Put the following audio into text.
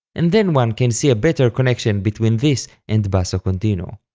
and then one can see a better connection between this and basso continuo.